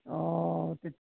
অঁ